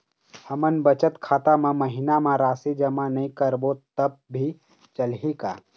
हमन बचत खाता मा महीना मा राशि जमा नई करबो तब भी चलही का?